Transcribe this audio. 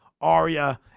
Arya